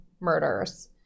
murders